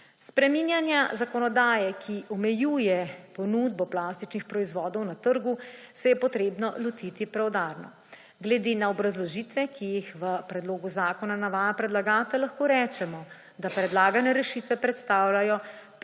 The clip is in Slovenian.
Spreminjanja zakonodaje, ki omejuje ponudbo plastičnih proizvodov na trgu, se je potrebno lotiti preudarno. Glede na obrazložitve, ki jih v predlogu zakona navaja predlagatelj, lahko rečemo, da predlagane rešitve predstavljajo